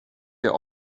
der